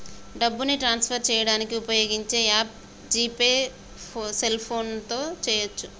డబ్బుని ట్రాన్స్ఫర్ చేయడానికి ఉపయోగించే యాప్ జీ పే సెల్ఫోన్తో చేయవచ్చు